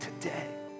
Today